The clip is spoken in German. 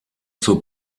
zur